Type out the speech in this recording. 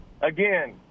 Again